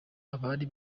abari